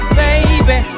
baby